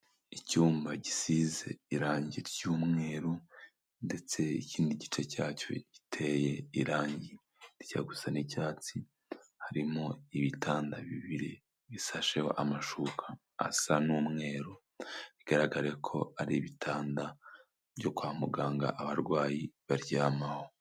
Icyumba gisize irangi ry'umweru ndetse ikindi gice cyacyo giteye irangi rijya gusa n'icyatsi, harimo ibitanda bibiri bisashe amashuka asa n'umweru, bigaragare ko ari ibitanda byo kwa muganga abarwayi baryamaho.